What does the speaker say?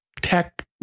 tech